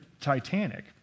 Titanic